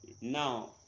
Now